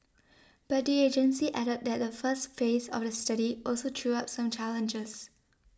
but the agency added that the first phase of the study also threw up some challenges